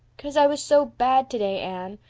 cause i was so bad today, anne.